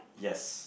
yes